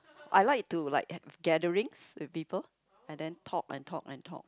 I like to like have gatherings with people and then talk and talk and talk